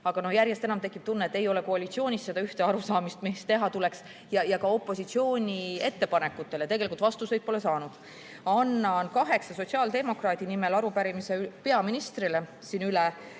aga järjest enam tekib tunne, et ei ole koalitsioonist seda ühte arusaamist, mis teha tuleks, ja ka opositsiooni ettepanekutele tegelikult vastuseid pole saanud. Annan kaheksa sotsiaaldemokraadi nimel üle arupärimise peaministrile, et